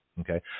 okay